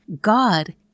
God